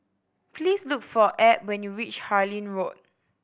please look for Ebb when you reach Harlyn Road